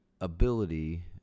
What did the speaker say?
ability